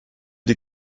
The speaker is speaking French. des